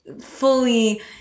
fully